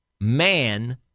man